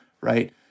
right